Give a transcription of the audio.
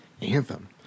Anthem